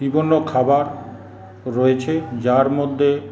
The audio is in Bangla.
বিভিন্ন খাবার রয়েছে যার মধ্যে